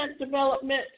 development